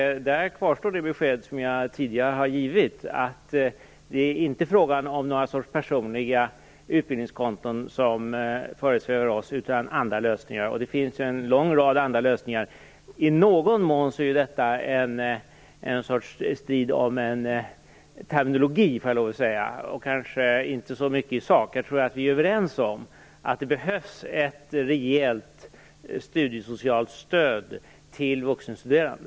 Där kvarstår det besked jag tidigare givit. Det är inte någon sorts personliga utbildningskonton som föresvävar oss utan andra lösningar. Det finns en lång rad sådana. I någon mån kan detta ses som en strid om terminologi och kanske inte så mycket en strid om sak. Jag tror att vi är överens om att det behövs ett rejält studiesocialt stöd till vuxenstuderande.